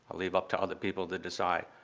leave up to other people to decide.